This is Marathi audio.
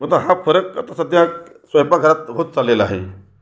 मग तर हा फरक आता सध्या स्वयंपाकघरात होत चाललेला आहे